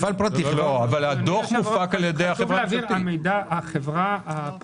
אבל הדוח מופק על ידי החברה הממשלתית.